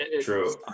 True